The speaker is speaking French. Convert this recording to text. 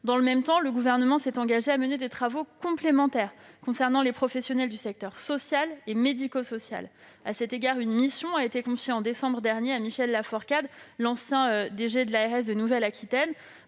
Dans le même temps, le Gouvernement s'est engagé à mener des travaux complémentaires concernant les professionnels du secteur social et médico-social. Ainsi, une mission a été confiée en décembre dernier à Michel Laforcade, ancien directeur